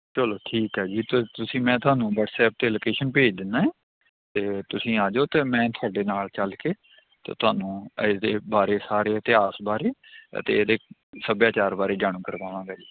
ਚਲੋ ਠੀਕ ਹੈ ਜੀ ਅਤੇ ਤੁਸੀਂ ਮੈਂ ਤੁਹਨੂੰ ਵਟਸਐਪ 'ਤੇ ਲੋਕੇਸ਼ਨ ਭੇਜ ਦਿੰਦਾ ਤਾਂ ਤੁਸੀਂ ਆ ਜਾਓ ਅਤੇ ਮੈਂ ਤੁਹਾਡੇ ਨਾਲ ਚੱਲ ਕੇ ਤੇ ਤੁਹਾਨੂੰ ਇਹਦੇ ਬਾਰੇ ਸਾਰੇ ਇਤਿਹਾਸ ਬਾਰੇ ਅਤੇ ਇਹਦੇ ਸੱਭਿਆਚਾਰ ਬਾਰੇ ਜਾਣੂ ਕਰਵਾਵਾਂਗਾ ਜੀ